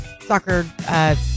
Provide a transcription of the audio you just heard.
soccer